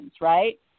right